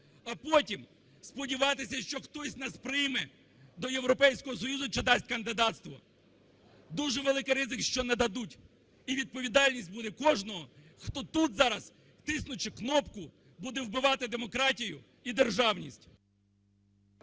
а потім сподіватися, що хтось нас прийме до Європейського Союзу чи дасть кандидатство. Дуже великий ризик, що не дадуть. І відповідальність буде кожного, хто тут зараз, тиснучи кнопку, буде вбивати демократію і державність.